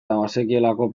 bazekielako